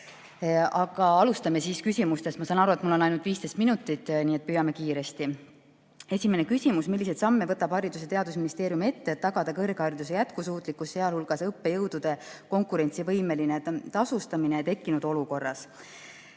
aitäh! Alustame küsimustest. Ma sain aru, et mul on ainult 15 minutit, nii et püüan teha kiiresti. Esimene küsimus: "Milliseid samme võtab Haridus- ja Teadusministeerium ette, et tagada kõrghariduse jätkusuutlikkus, sh õppejõudude konkurentsivõimeline tasustamine tekkinud olukorras?"